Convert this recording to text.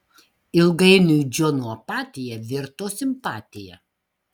ilgainiui džono apatija virto simpatija